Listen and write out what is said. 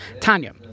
Tanya